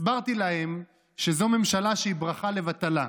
הסברתי להם שזו ממשלה שהיא ברכה לבטלה,